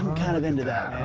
kind of into that.